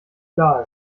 klar